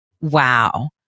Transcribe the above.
Wow